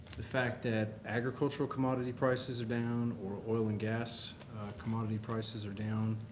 the fact that agricultural commodity prices are down or oil and gas commodity prices are down.